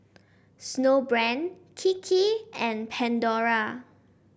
Snowbrand Kiki and Pandora